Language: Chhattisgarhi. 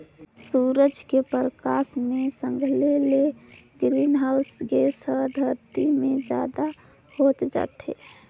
सूरज के परकास मे संघले ले ग्रीन हाऊस गेस हर धरती मे जादा होत जाथे